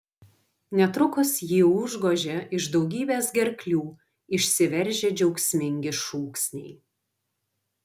netrukus jį užgožė iš daugybės gerklių išsiveržę džiaugsmingi šūksniai